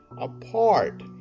apart